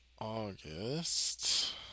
August